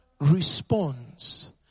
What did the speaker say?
responds